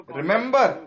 remember